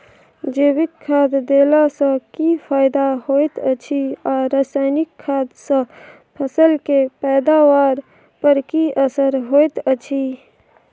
जैविक खाद देला सॅ की फायदा होयत अछि आ रसायनिक खाद सॅ फसल के पैदावार पर की असर होयत अछि?